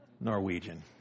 Norwegian